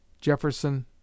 Jefferson